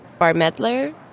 Barmedler